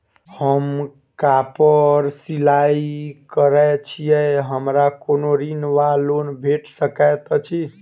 हम कापड़ सिलाई करै छीयै हमरा कोनो ऋण वा लोन भेट सकैत अछि?